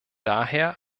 daher